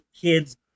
kid's